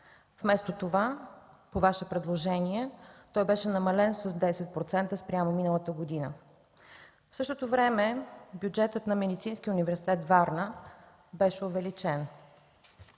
Вместо това по Ваше предложение той беше намален с 10% спрямо миналата година. В същото време бюджетът на Медицинския университет във Варна беше увеличен.